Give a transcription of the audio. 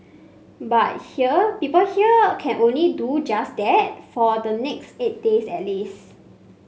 but here people here can only do just that for the next eight days at least